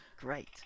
Great